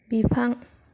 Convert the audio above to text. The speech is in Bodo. बिफां